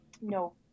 No